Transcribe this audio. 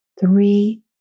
three